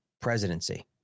presidency